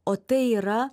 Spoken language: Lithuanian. o tai yra